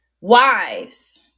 Wives